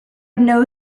know